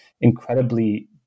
incredibly